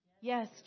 Yes